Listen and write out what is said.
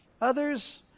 Others